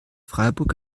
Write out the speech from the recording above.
freiburg